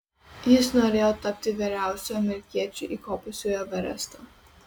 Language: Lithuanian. jis norėjo tapti vyriausiu amerikiečiu įkopusių į everestą